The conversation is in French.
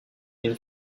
une